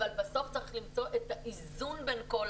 אבל בסוף צריך למצוא את האיזון בין כל